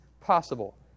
possible